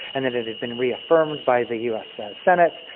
and then it had been reaffirmed by the u s. senate.